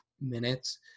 minutes